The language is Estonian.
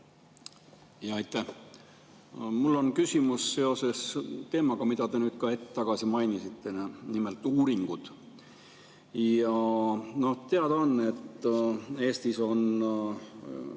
Aitäh! Mul on küsimus seoses teemaga, mida te hetk tagasi mainisite, nimelt uuringud. Teada on, et Eestis on